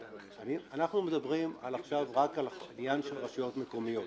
אנחנו מדברים עכשיו רק על העניין של רשויות מקומיות.